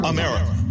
America